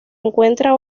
encuentra